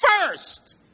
first